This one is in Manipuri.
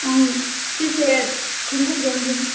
ꯎꯝ ꯁꯤꯁꯦ ꯈꯣꯡꯎꯞ ꯌꯣꯟꯕ